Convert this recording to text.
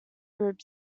group